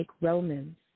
Romans